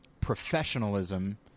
professionalism